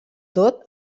tot